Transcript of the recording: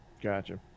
Gotcha